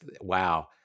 wow